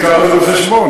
נביא את זה בחשבון.